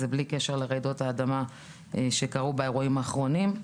זה בלי קשר לרעידות האדמה שקרו באירועים האחרונים.